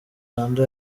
rwanda